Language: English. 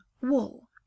Wool